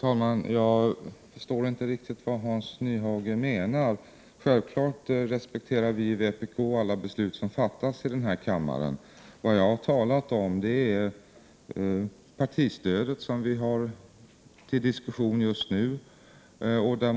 Herr talman! Jag förstår inte vad Hans Nyhage menar. Självfallet respekterar vi i vpk alla beslut som fattas i den här kammaren. Vad jag har talat om är partistödet, som vi har till diskussion just nu.